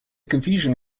confusion